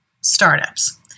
startups